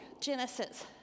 Genesis